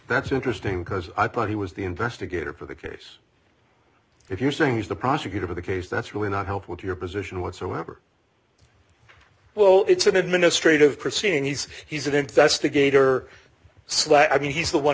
that's interesting because i thought he was the investigator for the case if you're saying he's the prosecutor in the case that's really not help with your position whatsoever well it's an administrative proceeding he's he's an investigator slack i mean he's the one